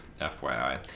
FYI